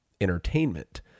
entertainment